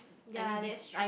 ya that's true